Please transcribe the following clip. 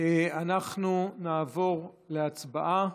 אנחנו נעבור להצבעה.